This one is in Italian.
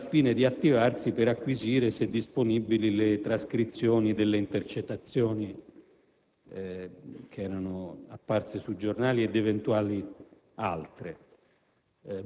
e al fine di attivarsi per acquisire, se disponibili, le trascrizioni delle intercettazioni apparse sui giornali e di eventuali altre.